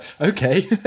Okay